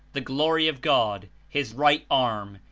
the glory of god, his right arm,